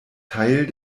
teil